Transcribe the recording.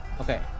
Okay